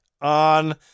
on